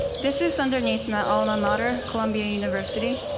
this is underneath my alma mater, columbia university.